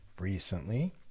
recently